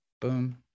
Boom